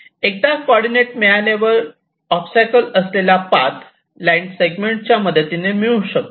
एकदा कॉर्डीनेट मिळाल्यावर ओबस्टॅकल्स असलेला पाथ लाईन सेगमेंट च्या मदतीने मिळू शकतो